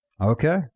Okay